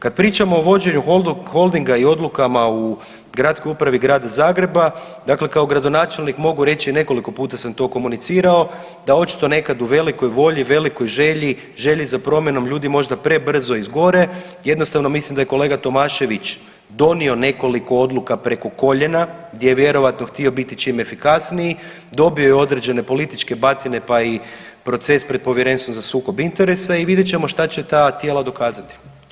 Kad pričamo o vođenju Holdinga i o odlukama u Gradskoj upravi grada Zagreba, dakle kao gradonačelnik mogu reći, nekoliko puta sam to komunicirao, da očito nekad u velikoj volji, velikoj želji, želji za promjenom ljudi možda prebrzo izgore, jednostavno mislim da je kolega Tomašević donio nekoliko odluka preko koljena gdje je vjerovatno htio biti čim efikasniji, dobio je određene političke batine pa i proces pred Povjerenstvom za sukob interesa i vidjet ćemo šta će ta tijela dokazati.